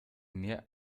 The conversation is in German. mehr